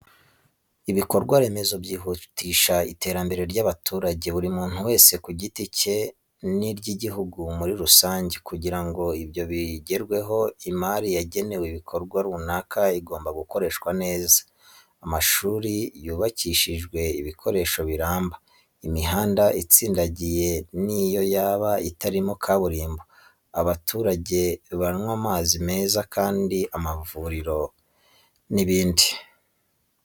Ibikorwaremezo byihutisha iterambere ry'abaturage, buri muntu wese ku giti cye n'iry'igihugu muri rusange, kugira ngo ibyo bigerweho imari yagenewe igikorwa runaka igomba gukoreshwa neza, amashuri yubakishijwe ibikoresho biramba, imihanda itsindagiye n'iyo yaba itarimo kaburimbo, abaturage banywa amazi meza, hari amavuriro n'ibindi.